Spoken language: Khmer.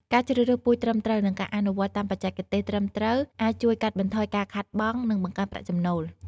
ការជ្រើសរើសពូជត្រឹមត្រូវ និងការអនុវត្តតាមបច្ចេកទេសត្រឹមត្រូវអាចជួយកាត់បន្ថយការខាតបង់ និងបង្កើនប្រាក់ចំណូល។